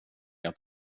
att